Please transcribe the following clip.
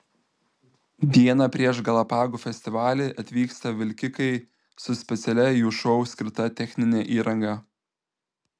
dieną prieš galapagų festivalį atvyksta vilkikai su specialiai jų šou skirta technine įranga